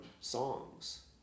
songs